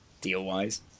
deal-wise